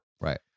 Right